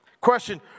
Question